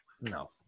No